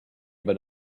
but